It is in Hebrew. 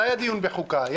לדיון בוועדת חוקה.